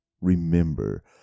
remember